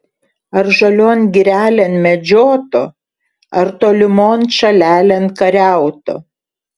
ar žalion girelėn medžiotų ar tolimon šalelėn kariautų